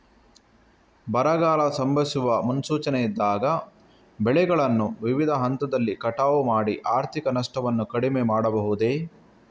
ಬರಗಾಲ ಸಂಭವಿಸುವ ಮುನ್ಸೂಚನೆ ಇದ್ದಾಗ ಬೆಳೆಗಳನ್ನು ವಿವಿಧ ಹಂತದಲ್ಲಿ ಕಟಾವು ಮಾಡಿ ಆರ್ಥಿಕ ನಷ್ಟವನ್ನು ಕಡಿಮೆ ಮಾಡಬಹುದೇ?